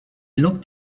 looked